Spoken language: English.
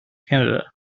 canada